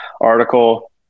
article